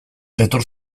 etor